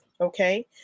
Okay